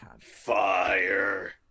Fire